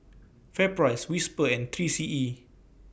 FairPrice Whisper and three C E